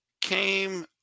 came